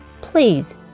please